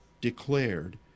declared